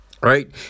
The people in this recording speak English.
right